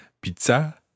pizza